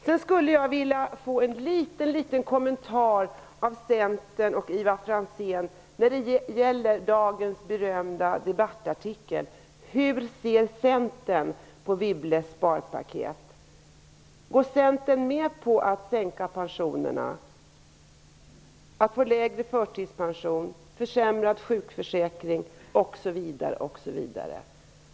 Jag skulle vilja ha en liten kommentar av Centern och Ivar Franzén när det gäller dagens berömda debattartikel. Hur ser Centern på Wibbles sparpaket? Går Centern med på att sänka pensionerna, på lägre förtidspension, försämrad sjukförsäkring osv.?